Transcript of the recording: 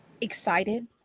excited